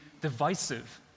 divisive